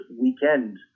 weekend